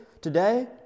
today